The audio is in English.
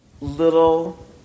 little